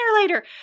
later